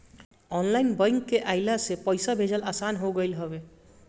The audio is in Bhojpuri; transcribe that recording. ऑनलाइन बैंक के अइला से पईसा भेजल आसान हो गईल हवे